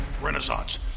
Renaissance